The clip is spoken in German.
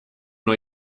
nur